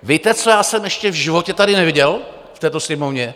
Víte, co já jsem ještě v životě tady neviděl v této Sněmovně?